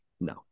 No